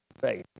faith